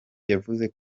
yavuze